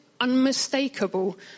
unmistakable